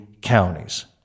counties